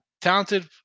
talented